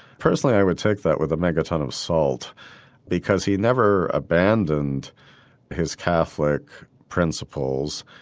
personally i would take that with a megaton of salt because he never abandoned his catholic principles.